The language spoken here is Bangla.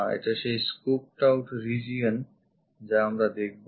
এটা সেই scooped out region যা আমরা দেখবো